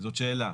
זאת שאלה.